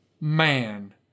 man